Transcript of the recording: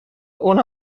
اونم